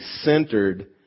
centered